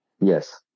Yes